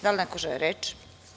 Da li neko želi reč?